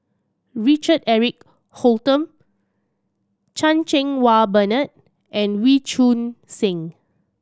Richard Eric Holttum Chan Cheng Wah Bernard and Wee Choon Seng